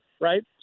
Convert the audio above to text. right